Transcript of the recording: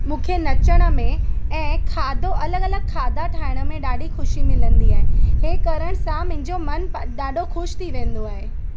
मूंखे नचण में ऐं खाधो अलॻि अलॻि खाधा ठाहिण में ॾाढी ख़ुशी मिलंदी आहे हे करण सां मुंहिंजो मन ॾाढो ख़ुशि थी वेंदो आहे